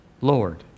Lord